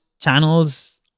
channels